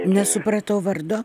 nesupratau vardo